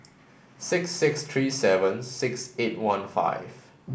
six six three seven six eight one five